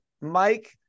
Mike